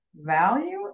value